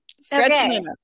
Stretching